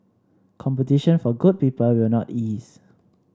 competition for good people will not ease